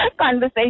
Conversation